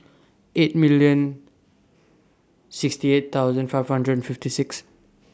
eight million sixty eight thousand five hundred and fifty six